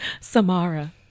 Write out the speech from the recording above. Samara